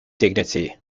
dignity